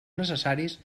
necessaris